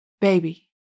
Baby